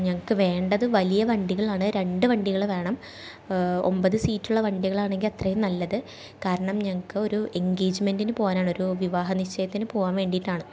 ഞങ്ങൾക്ക് വേണ്ടത് വലിയ വണ്ടികളാണ് രണ്ട് വണ്ടികൾ വേണം ഒമ്പത് സീറ്റുള്ള വണ്ടികളാണെങ്കിൽ അത്രയും നല്ലത് കാരണം ഞങ്ങൾക്ക് ഒരു എൻഗേജ്മെൻ്റിന് പോവാനാണ് ഒരു വിവാഹ നിശ്ചയത്തിന് പോവാൻ വേണ്ടിയിട്ടാണ്